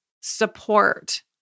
support